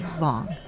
long